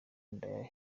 nkorera